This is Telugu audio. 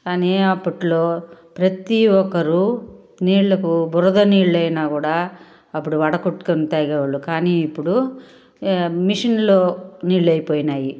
కానీ అప్పట్లో ప్రతీ ఒకరు నీళ్ళకు బురదనీళ్ళు అయినా కూడా అప్పుడు వడకట్టుకొని తాగేవాళ్ళు కానీ ఇప్పుడు మిషన్లో నీళ్ళు అయిపోయినాయి